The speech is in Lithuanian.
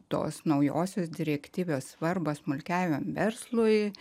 tos naujosios direktyvios svarbą smulkiajam verslui